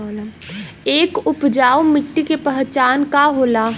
एक उपजाऊ मिट्टी के पहचान का होला?